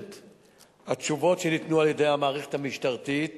התשובות שניתנו על-ידי המערכת המשטרתית